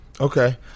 Okay